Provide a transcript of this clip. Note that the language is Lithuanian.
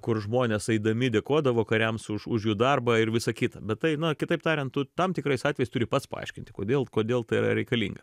kur žmonės eidami dėkodavo kariams už už jų darbą ir visa kita bet tai na kitaip tariant tu tam tikrais atvejais turi pats paaiškinti kodėl kodėl tai yra reikalinga